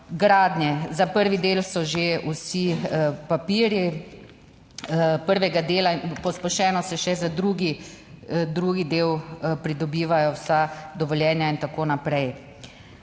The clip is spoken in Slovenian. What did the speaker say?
gradnje. Za prvi del so že vsi papirji. Prvega dela, pospešeno se še za drugi del pridobivajo vsa dovoljenja in tako naprej.